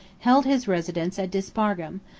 held his residence at dispargum,